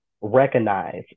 recognize